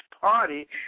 party